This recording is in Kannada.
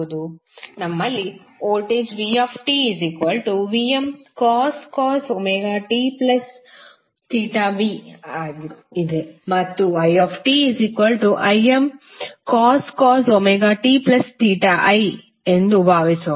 ನಮ್ಮಲ್ಲಿ ವೋಲ್ಟೇಜ್vtVmcos tv ಇದೆ ಮತ್ತು itImcos ti ಎಂದು ಭಾವಿಸೋಣ